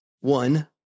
one